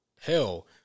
Hell